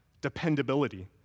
dependability